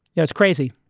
that's crazy.